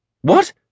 What